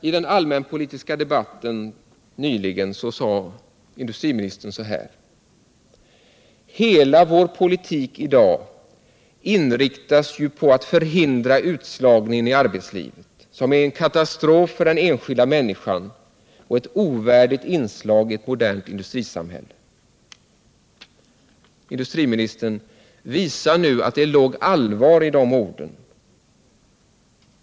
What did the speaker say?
I den allmänpolitiska debatten nyligen sade industriministern: ”Hela vår politik i dag inriktas ju på att förhindra utslagningen i arbetslivet, som är en katastrof för den enskilda människan och ett ovärdigt inslag i ett modernt industrisamhälle.” Industriministern, visa nu att det låg allvar i dessa ord!